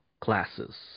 classes